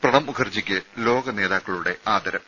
പ്രണബ് മുഖർജിക്ക് ലോക നേതാക്കളുടെ ആദരം